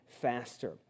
faster